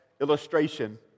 illustration